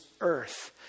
earth